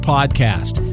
Podcast